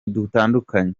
gutandukanye